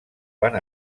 van